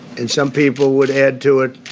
and some people would add to it.